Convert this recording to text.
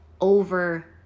over